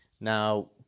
now